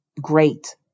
great